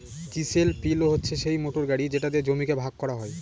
chisel পিলও হচ্ছে সিই মোটর গাড়ি যেটা দিয়ে জমিকে ভাগ করা হয়